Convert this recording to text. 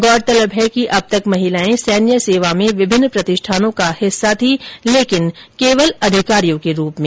गौरतलब है कि अब तक महिलाए सैन्य सेवा में विभिन्न प्रतिष्ठानों का हिस्सा थीं लेकिन केवल अधिकारियों के रूप में